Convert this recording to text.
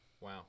Wow